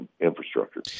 infrastructure